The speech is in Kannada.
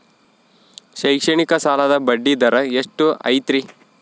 ಶೈಕ್ಷಣಿಕ ಸಾಲದ ಬಡ್ಡಿ ದರ ಎಷ್ಟು ಐತ್ರಿ?